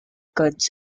guns